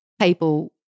People